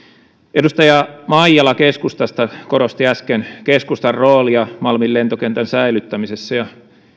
edustaja maijala keskustasta korosti äsken keskustan roolia malmin lentokentän säilyttämisessä ja